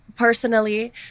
Personally